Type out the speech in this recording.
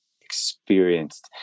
experienced